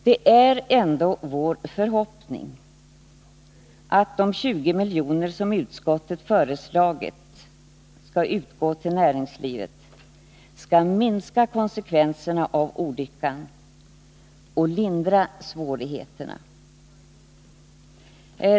Det är vår förhoppning att de 20 miljoner som utskottet föreslagit skall utgå till näringslivet kommer att minska konsekvenserna av olyckan och lindra svårigheterna.